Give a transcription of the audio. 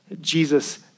Jesus